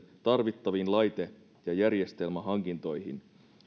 tarvittaviin laite ja järjestelmähankintoihin